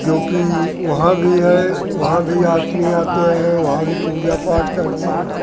जो कि वहाँ भी है वहाँ भी आदमी आते हैं वहाँ भी पूजा पाठ करते हैं